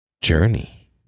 journey